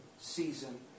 season